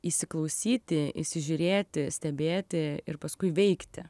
įsiklausyti įsižiūrėti stebėti ir paskui veikti